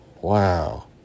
Wow